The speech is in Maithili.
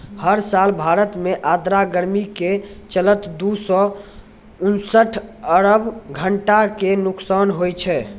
हर साल भारत मॅ आर्द्र गर्मी के चलतॅ दू सौ उनसठ अरब घंटा के नुकसान होय छै